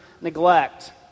neglect